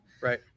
Right